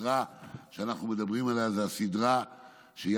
הסדרה שאנחנו מדברים עליה זאת הסדרה שיאיר